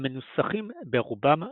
המנוסחים ברובם בחריזה.